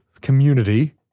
community